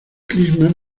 christmas